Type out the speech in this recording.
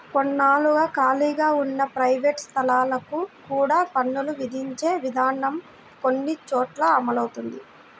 కొన్నాళ్లుగా ఖాళీగా ఉన్న ప్రైవేట్ స్థలాలకు కూడా పన్నులు విధించే విధానం కొన్ని చోట్ల అమలవుతోంది